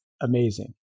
amazing